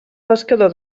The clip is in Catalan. pescador